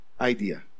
idea